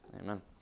Amen